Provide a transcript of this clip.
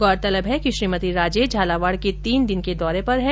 गौरतलब है कि श्रीमती राजे झालावाड़ के तीन दिन के दौरे पर है